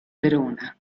verona